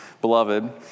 beloved